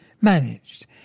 managed